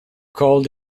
called